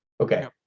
Okay